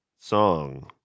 song